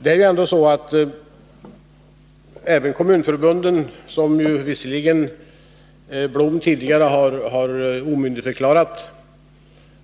Det är ju ändå så, att även kommunförbunden, som Lennart Blom visserligen tidigare har omyndigförklarat,